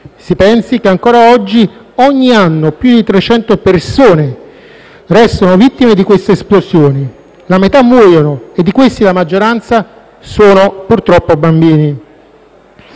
Si pensi che ancora oggi, ogni anno più di 300 persone restano vittime di queste esplosioni, la metà muoiono e di questi la maggioranza sono bambini.